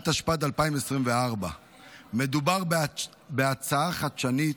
התשפ"ד 2024. מדובר בהצעה חדשנית,